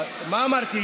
מה אמרתי?